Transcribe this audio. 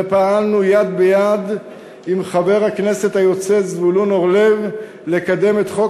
ופעלנו יד ביד עם חבר הכנסת היוצא זבולון אורלב לקדם את חוק